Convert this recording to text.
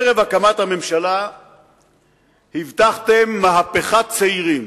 ערב הקמת הממשלה הבטחתם מהפכת צעירים,